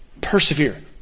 persevere